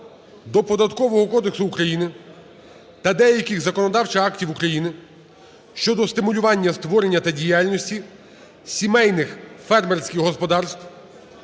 до Податкового кодексу України та деяких законодавчих актів України щодо стимулювання створення та діяльності сімейних фермерських господарств